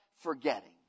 forgetting